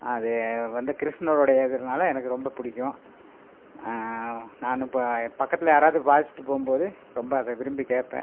அது வந்து கிருஷ்ணரோடையதுனால் எனக்கு ரொம்ப பிடிக்கும் நான் ப பக்கத்தில் யாராவது வாசிச்சிட்டு போகும் போது ரொம்ப அதை விரும்பி கேட்பேன்